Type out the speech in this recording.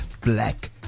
black